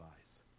eyes